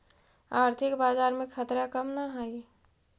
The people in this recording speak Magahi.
आर्थिक बाजार में खतरा कम न हाई